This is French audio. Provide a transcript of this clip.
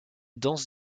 danse